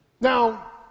Now